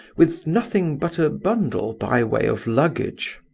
with nothing but a bundle by way of luggage.